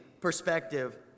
perspective